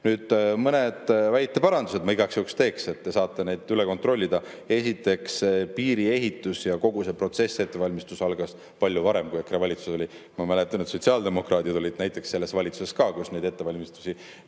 mõned väiteparandused ma igaks juhuks teen, te saate need üle kontrollida. Esiteks, piiri ehitus ja kogu see protsess, ettevalmistus algas palju varem, kui EKRE valitsuses olemise ajal. Ma mäletan, et sotsiaaldemokraadid olid näiteks selles valitsuses, kus neid ettevalmistusi